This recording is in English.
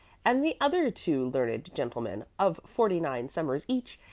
and the other two learned gentlemen of forty-nine summers each,